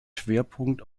schwerpunkt